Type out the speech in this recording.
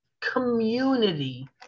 community